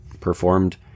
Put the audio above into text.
performed